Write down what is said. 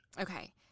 Okay